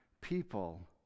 people